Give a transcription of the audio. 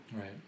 Right